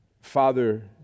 Father